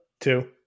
Two